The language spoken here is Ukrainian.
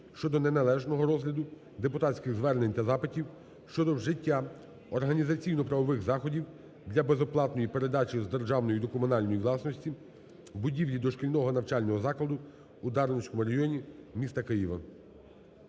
щодо неналежного розгляду депутатських звернень та запитів щодо вжиття організаційно-правових заходів для безоплатної передачі з державної до комунальної власності будівлі дошкільного навчального закладу у Дарницькому районі міста Києва.